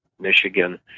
Michigan